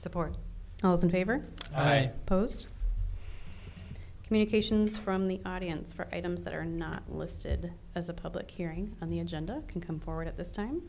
support for right post communications from the audience for items that are not listed as a public hearing on the agenda can come forward at this time